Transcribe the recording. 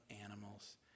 animals